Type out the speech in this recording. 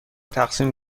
تقسیم